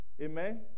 Amen